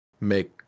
make